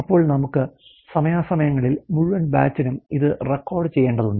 അപ്പോൾ നമുക്ക് സമയാസമയങ്ങളിൽ മുഴുവൻ ബാച്ചിനും ഇത് റെക്കോർഡുചെയ്യേണ്ടതുണ്ട്